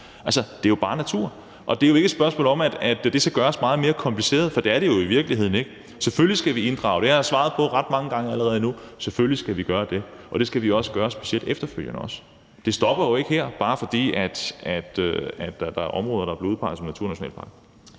Altså, det er jo bare natur. Det er jo ikke et spørgsmål om, at det skal gøres meget mere kompliceret, for det er det jo i virkeligheden ikke. Selvfølgelig skal vi inddrage, og det har jeg allerede nu svaret ret mange gange. Selvfølgelig skal vi gøre det, og det skal vi specielt også gøre efterfølgende. Det stopper jo ikke her, bare fordi der er områder, der er blevet udpeget som naturnationalparker.